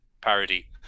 parody